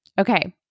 okay